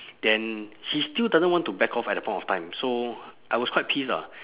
then he still doesn't want to back off at the point of time so I was quite pissed ah